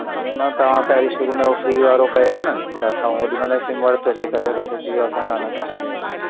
न तव्हां त शुरू में हो फ़्री वारो कयो न त असां ओॾीमहिल सिम वरितोसीं तॾहिं खां वठी जीओ असांजो अञा ताईं हले वेठो